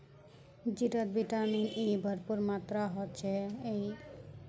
जीरात vitamin E भरपूर मात्रात ह छेक यई त्वचाक स्वस्थ रखवात बहुत कारगर ह छेक